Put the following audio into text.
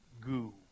goo